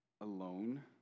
alone